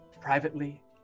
Privately